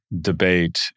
debate